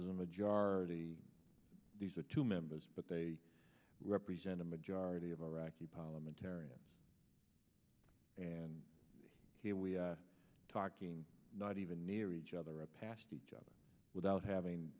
was a mage are these are two members but they represent a majority of iraqi parliamentarians and here we are talking not even near each other at past each other without having